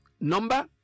number